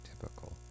typical